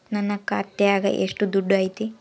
ನನ್ನ ಖಾತ್ಯಾಗ ಎಷ್ಟು ದುಡ್ಡು ಐತಿ?